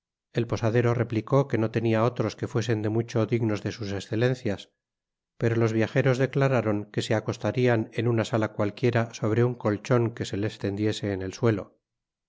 el posadero replicó que no tenia otros que fuesen de mucho dignos de sus escelencias pero los viajeros declararon que se acostarían en una sala cualquiera sobre un colchon que se les tendiese en el suelo